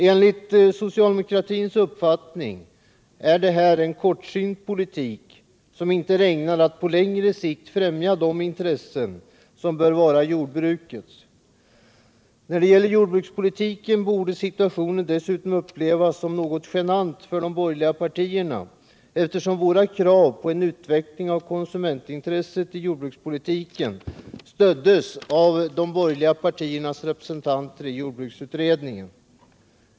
Enligt socialdemokratins uppfattning är detta en kortsynt politik, som inte är ägnad att på längre sikt främja de intressen som bör vara jordbrukets. När det gäller jordbrukspolitiken borde situationen dessutom upplevas som något genant för de borgerliga partierna, eftersom våra krav på en utveckling av konsumentintresset i jordbrukspolitiken stöddes av de borgerliga partiernas representanter i jordbruksutredningen.